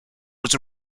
was